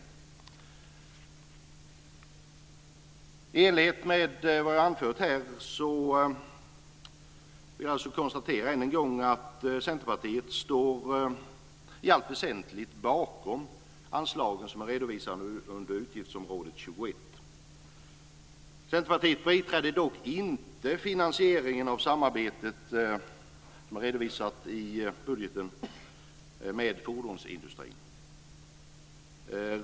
I enlighet med vad jag anfört vill jag än en gång konstatera att Centerpartiet i allt väsentligt står bakom anslagen som är redovisade under utgiftsområde 21. Centerpartiet biträder dock inte finansieringen av samarbetet med fordonsindustrin som är redovisat i budgeten.